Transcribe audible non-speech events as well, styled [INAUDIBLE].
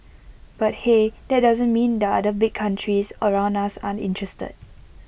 but hey that doesn't mean [UNINTELLIGIBLE] other big countries around us aren't interested